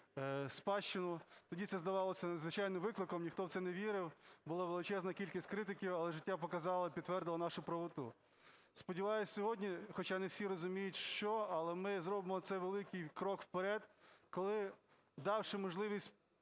спадщину. Тоді це здавалося надзвичайним викликом, ніхто в це не вірив, була величезна кількість критики, але життя показало і підтвердило нашу правоту. Сподіваюсь, сьогодні, хоча не всі розуміють що, але ми зробимо цей великий крок вперед, коли, давши можливість